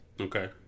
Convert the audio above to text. Okay